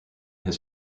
his